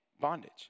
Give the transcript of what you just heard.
bondage